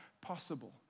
possible